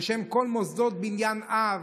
בשם כל מוסדות בניין אב,